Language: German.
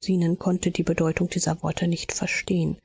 zenon konnte die bedeutung dieser worte nicht verstehen